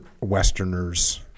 Westerners